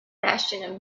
bastion